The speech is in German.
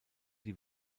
die